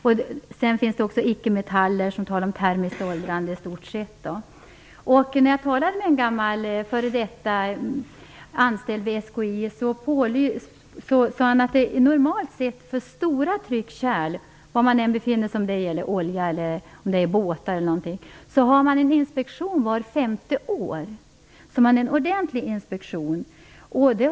Sedan finns det också ickemetaller på tal om termiskt åldrande i stort sett. Jag talade med en f.d. anställd vid SKI. Han sade att man normalt har en inspektion vart femte år av stora tryckkärl var de än befinner sig. Oavsett om det gäller olja, båtar eller någonting annat har man en ordentlig inspektion var femte år. Det har vi inte i detta avseende.